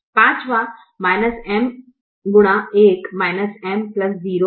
पांचवां M x 1 M 0 है